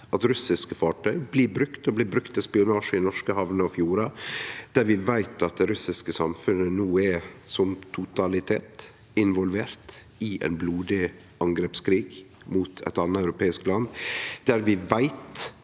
at russiske fartøy blir brukte til spionasje i norske hamner og fjordar, vi veit at det russiske samfunnet no som totalitet er involvert i ein blodig angrepskrig mot eit anna europeisk land, og vi veit